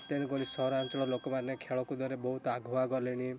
ତେଣୁକରି ସହରାଞ୍ଚଳ ଲୋକମାନେ ଖେଳକୁଦରେ ବହୁତ ଆଗୁଆ ଗଲେଣି